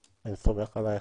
אני סומך עליך,